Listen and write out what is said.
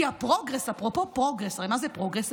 כי הפרוגרס, אפרופו פרוגרס, הרי מה זה פרוגרס?